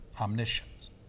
Omniscience